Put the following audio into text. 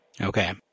Okay